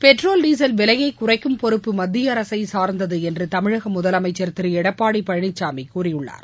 petrol diesel விலையை குறைக்கும் பொறுப்பு மத்திய அரசை சார்ந்தது என்று தமிழக முதலமைச்ச் திரு எடப்பாடி பழனிசாமி கூறியுள்ளார்